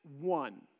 one